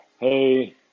hey